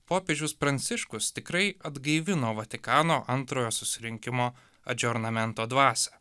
popiežius pranciškus tikrai atgaivino vatikano antrojo susirinkimo adžiornamento dvasią